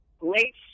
late